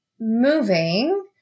moving